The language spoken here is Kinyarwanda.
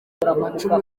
amacumu